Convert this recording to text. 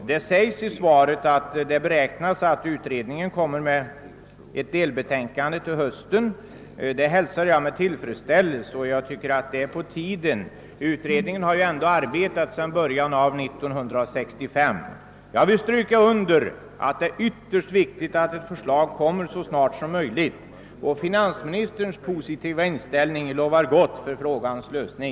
på min fråga. Han sade i svaret att han räknar med att ett delbetänkande i detta spörsmål skall framläggas till hösten, och det hälsar jag med tillfredsställelse. Jag tycker att det är på tiden, eftersom utredningen ändå har arbetat sedan 1965. Jag vill stryka under att det är ytterst viktigt att ett förslag kommer fram så snart som möjligt. Finansministerns positiva inställning lovar emellertid gott för frågans lösning.